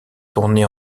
tourné